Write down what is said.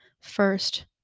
first